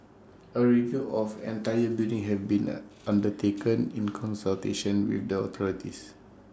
A review of entire building have been net undertaken in consultation with the authorities